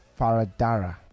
Faradara